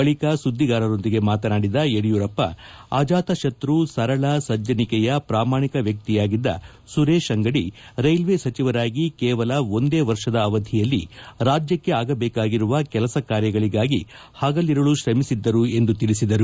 ಬಳಿಕ ಸುದ್ದಿಗಾರರೊಂದಿಗೆ ಮಾತನಾಡಿದ ಯಡಿಯೂರಪ್ಪ ಅಜಾತಶತ್ರು ಸರಳ ಸಜ್ಜನಿಕೆಯ ಪ್ರಾಮಾಣಿಕ ವ್ಯಕ್ತಿಯಾಗಿದ್ದ ಸುರೇಶ್ ಅಂಗಡಿ ರೈಲ್ವೆ ಸಚಿವರಾಗಿ ಕೇವಲ ಒಂದೇ ವರ್ಷದ ಅವಧಿಯಲ್ಲಿ ರಾಜ್ಯಕ್ಕೆ ಆಗಬೇಕಾಗಿರುವ ಕೆಲಸ ಕಾರ್ಯಗಳಿಗಾಗಿ ಹಗಲಿರುಳು ಶ್ರಮಿಸಿದ್ದರು ಎಂದು ತಿಳಿಸಿದರು